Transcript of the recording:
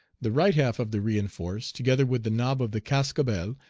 the right half of the re-enforce, together with the nob of the cascabel,